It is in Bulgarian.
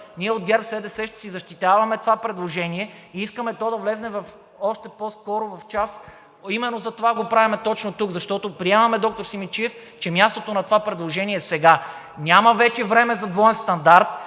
Ние от ГЕРБ-СДС ще си защитаваме това предложение и искаме то да влезе още по-скоро в час. Именно затова го правим точно тук, защото приемаме, доктор Симидчиев, че мястото на това предложение е сега. Вече няма време за двоен стандарт